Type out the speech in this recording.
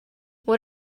what